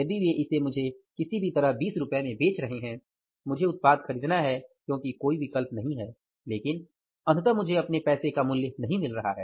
यदि वे इसे मुझे किसी भी तरह 20 रुपये में बेच रहे हैं मुझे उत्पाद खरीदना है क्योंकि कोई विकल्प नहीं है लेकिन अंततः मुझे अपने पैसे का मूल्य नहीं मिल रहा है